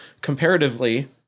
comparatively